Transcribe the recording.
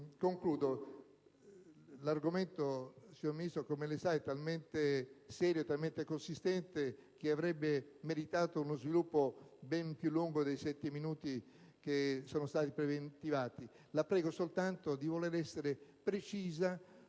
ma l'argomento, signora Ministro, come lei sa, è talmente serio e talmente consistente che avrebbe meritato uno sviluppo ben più lungo dei sette minuti preventivati. La prego soltanto di voler essere precisa